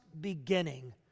beginning